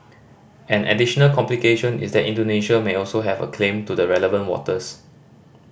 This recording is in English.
an additional complication is that Indonesia may also have a claim to the relevant waters